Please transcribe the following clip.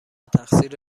تقصیر